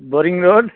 boring road